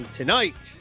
tonight